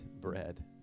bread